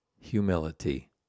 humility